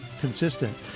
consistent